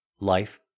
life